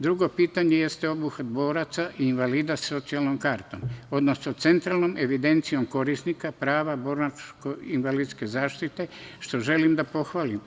Drugo pitanje jeste obuhvat boraca i invalida socijalnom kartom, odnosno centralnom evidencijom korisnika prava borilačko-invalidske zaštite, što želim da pohvalim.